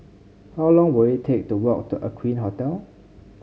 how long will it take to walk Aqueen Hotel